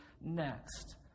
next